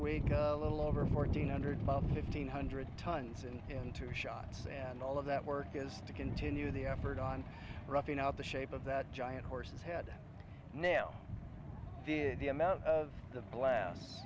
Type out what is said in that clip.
week a little over fourteen hundred fifteen hundred tons in into shots and all of that work is to continue the effort on roughing out the shape of that giant horse's head nail did the amount of the